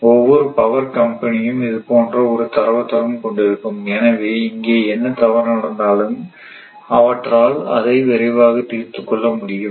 ஒவ்வொரு பவர் கம்பெனியும் இதுபோன்ற ஒரு தரவுத்தளம் கொண்டிருக்கும் எனவே எங்கே என்ன தவறு நடந்தாலும் அவற்றால் அதை விரைவாக தீர்த்துக்கொள்ள முடியும்